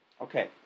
okay